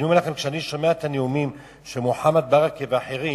כשאני שומע את הנאומים של מוחמד ברכה ואחרים,